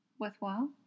worthwhile